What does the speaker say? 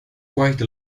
quite